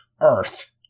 earth